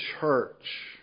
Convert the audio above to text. church